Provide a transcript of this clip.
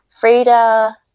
Frida